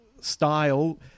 style